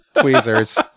tweezers